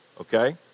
okay